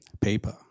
paper